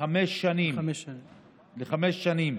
לחמש שנים.